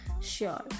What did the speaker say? sure